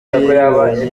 yayibonye